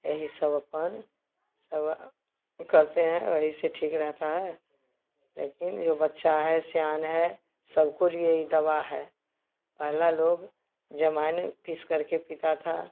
यही सब अपन सब करते हैं यही से ठीक रहता है लेकिन जो बच्चा है सियान है सबके लिए यह दवा है पहले लोग ज़माइन पीस करके पीता था